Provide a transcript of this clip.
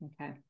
Okay